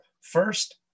first